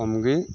ᱠᱚᱢ ᱜᱮ